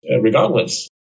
regardless